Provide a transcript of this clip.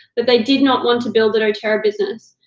that they did not want to build the doterra business.